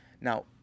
Now